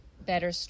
better